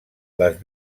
les